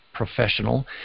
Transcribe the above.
professional